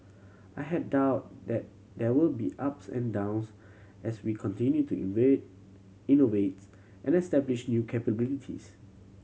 I have doubt that there will be ups and downs as we continue to innovates and establish new capabilities